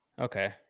Okay